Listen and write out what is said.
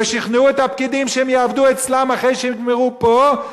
ושכנעו את הפקידים שהם יעבדו אצלם אחרי שיגמרו פה,